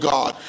God